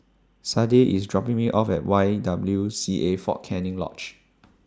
Sade IS dropping Me off At Y W C A Fort Canning Lodge